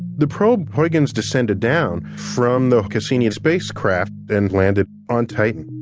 the probe huygens descended down from the cassini and spacecraft and landed on titan.